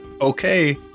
okay